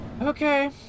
Okay